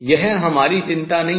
यह हमारी चिंता नहीं है